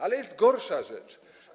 Ale jest gorsza rzecz.